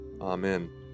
Amen